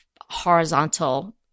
horizontal